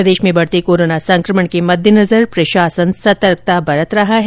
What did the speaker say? प्रदेश में बढ़ते कोरोना संकमण के मददेनजर प्रशासन सतर्कता बरत रहा है